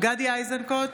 גדי איזנקוט,